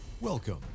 Welcome